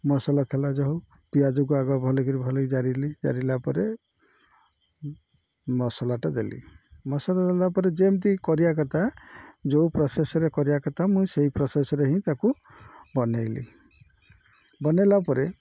ମସଲା ଥିଲା ଯା ହଉ ପିଆଜକୁ ଆଗ ଭଲ କିିରି ଭଲକି ଜାରିଲି ଜାରିଲା ପରେ ମସଲାଟା ଦେଲି ମସଲା ଦେଲା ପରେ ଯେମିତି କରିବା କଥା ଯେଉଁ ପ୍ରସେସ୍ରେ କରିବା କଥା ମୁଇଁ ସେଇ ପ୍ରସେସ୍ରେ ହିଁ ତାକୁ ବନାଇଲି ବନାଇଲା ପରେ